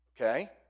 Okay